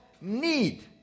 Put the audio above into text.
need